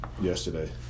yesterday